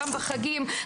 גם בחגים,